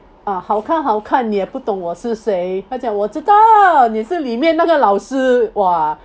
uh 好看好看你也不懂我是谁他叫我知道你是一面那个老师 !wah!